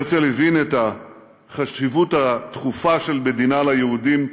הרצל הבין את החשיבות הדחופה של מדינה ליהודים,